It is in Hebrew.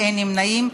אילן גילאון,